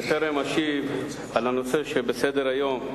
בטרם אשיב על הנושא שעל סדר-היום: